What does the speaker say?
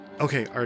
Okay